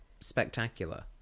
spectacular